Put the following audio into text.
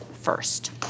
first